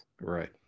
right